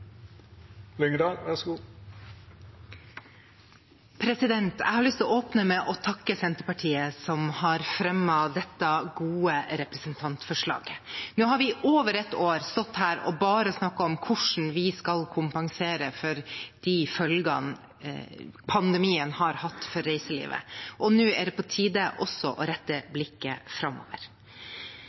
har fremmet dette gode representantforslaget. Nå har vi i over ett år stått her og bare snakket om hvordan vi skal kompensere for de følgene pandemien har hatt for reiselivet, og nå er det på tide også å rette blikket framover.